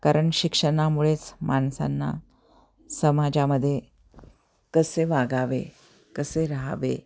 कारण शिक्षणामुळेच माणसांना समाजामध्ये कसे वागावे कसे राहावे